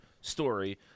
story